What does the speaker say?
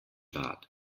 bart